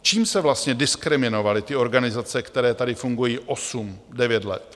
Čím se vlastně diskriminovaly ty organizace, které tady fungují 8, 9 let?